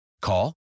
Call